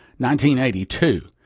1982